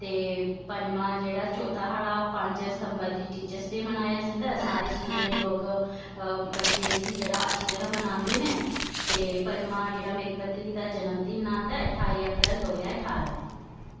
ते पंञमां साढ़ा चौथा साढ़ा पंज सितंबर गी टीचर्स डे मनाया जंदा सारे स्कूलें गी बच्चे जेह्ड़ा इसी अच्छे तरीकै कन्नै मनांदे न ते पंञमां जेह्ड़ा मेरे भतरियै दा जन्मदिन आंदा ऐ ठारां अप्रैल दौ ज्हार ठारां गी